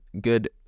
good